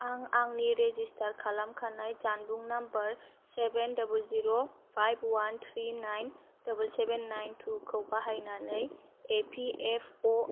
आं आंनि रेजिस्टार खालामखानाय जानबुं नाम्बार सेभेन डाबोल जिर' फाइभ वान थ्रि नाइन डाबोल सेभेन नाइन टुखौ बाहायनानै इ पि एफ अ